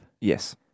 Yes